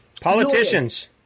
Politicians